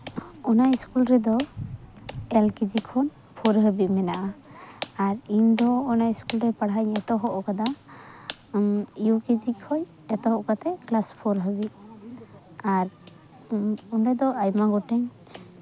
ᱚᱱᱟ ᱨᱮᱫᱚ L KG ᱠᱷᱚᱱ ᱯᱷᱳᱨ ᱦᱟᱹᱵᱤᱡ ᱢᱮᱱᱟᱜᱼᱟ ᱟᱨ ᱤᱧᱫᱚ ᱚᱱᱟ ᱤᱥᱠᱩᱞ ᱨᱮ ᱯᱟᱲᱦᱟᱜ ᱤᱧ ᱮᱛᱚᱦᱚᱵ ᱟᱠᱟᱫᱟ ᱤᱭᱩ ᱠᱮᱡᱤ ᱠᱷᱚᱡ ᱮᱛᱚᱦᱚᱵ ᱠᱟᱛᱮᱫ ᱠᱞᱟᱥ ᱯᱷᱳᱨ ᱦᱟᱹᱵᱤᱡ ᱟᱨ ᱚᱱᱟᱫᱚ ᱟᱭᱢᱟ ᱜᱚᱴᱮᱱ